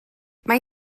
mae